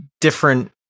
different